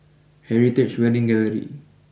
Heritage Wedding Gallery